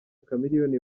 chameleone